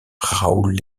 raoul